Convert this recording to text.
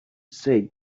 say